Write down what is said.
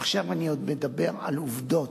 עכשיו אני עוד מדבר על עובדות,